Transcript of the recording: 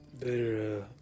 better